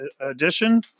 edition